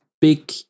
big